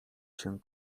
się